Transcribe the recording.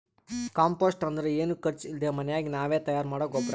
compost ಅಂದ್ರ ಏನು ಖರ್ಚ್ ಇಲ್ದೆ ಮನ್ಯಾಗೆ ನಾವೇ ತಯಾರ್ ಮಾಡೊ ಗೊಬ್ರ